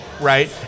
right